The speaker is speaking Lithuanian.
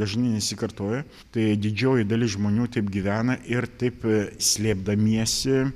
dažnai nesikartoja tai didžioji dalis žmonių taip gyvena ir taip slėpdamiesi